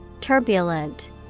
Turbulent